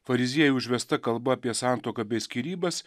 fariziejų užvesta kalba apie santuoką bei skyrybas